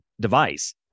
device